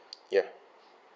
ya